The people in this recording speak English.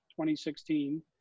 2016